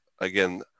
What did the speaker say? again